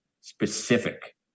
specific